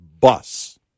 bus